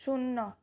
শূন্য